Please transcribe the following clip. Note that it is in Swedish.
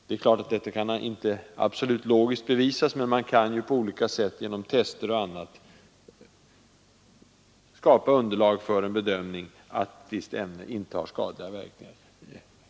Det är klart att det oftast inte logiskt kan bevisas, men man kan på olika sätt genom tester och annat skapa underlag för en bedömning av att ett ämne inte har skadliga verkningar.